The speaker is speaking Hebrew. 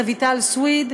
רויטל סויד,